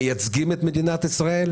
מייצגים את מדינת ישראל,